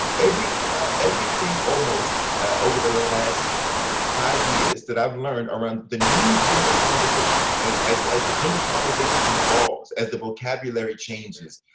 everything ah everything almost over the the last five years that i've learned are around the new gender conversation. right? as as the gender conversation evolves, as the vocabulary changes,